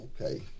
okay